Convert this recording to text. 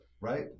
Right